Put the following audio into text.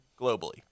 globally